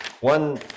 One